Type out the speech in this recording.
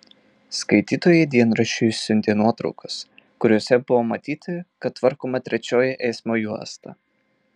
skaitytojai dienraščiui siuntė nuotraukas kuriose buvo matyti kad tvarkoma trečioji eismo juosta